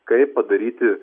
kaip padaryti